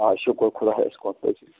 آ شُکُر خۄدایَس کُن